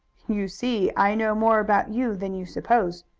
you see, i know more about you than you suppose.